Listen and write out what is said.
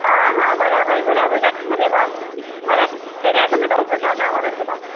हा हा बराबरि बराबरि त तव्हांजे इते बासमती चांवर कहिड़े अघ में अथव सुठा चांवर हिकदमि